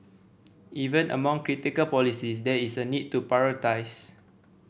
even among critical policies there is a need to prioritise